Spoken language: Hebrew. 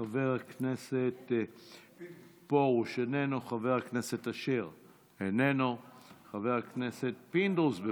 חבר הכנסת פרוש, איננו, חבר הכנסת אשר, איננו.